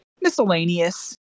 miscellaneous